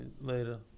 Later